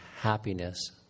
happiness